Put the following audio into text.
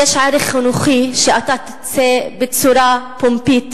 יש ערך חינוכי שאתה תצא בצורה פומבית